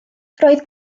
roedd